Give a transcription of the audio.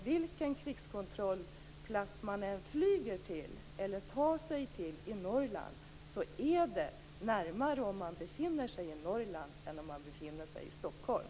Vilken krigskontrollplats man än flyger till i Norrland är det närmare om man befinner sig i Norrland än om man befinner sig i Stockholm.